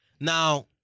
Now